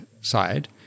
side